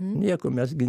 nieko mes gi